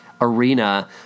Arena